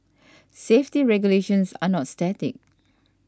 safety regulations are not static